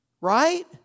Right